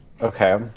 Okay